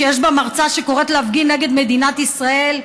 שיש בה מרצה שקוראת להפגין נגד מדינת ישראל,